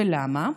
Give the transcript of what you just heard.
ולמה?